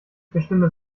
bestimme